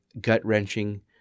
gut-wrenching